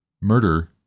Murder